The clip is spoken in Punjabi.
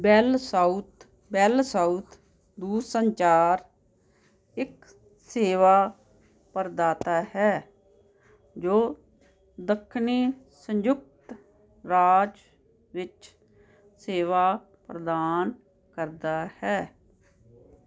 ਬੈੱਲਸਾਊਥ ਬੈੱਲਸਾਊਥ ਦੂਰਸੰਚਾਰ ਇੱਕ ਸੇਵਾ ਪ੍ਰਦਾਤਾ ਹੈ ਜੋ ਦੱਖਣੀ ਸੰਯੁਕਤ ਰਾਜ ਵਿੱਚ ਸੇਵਾ ਪ੍ਰਦਾਨ ਕਰਦਾ ਹੈ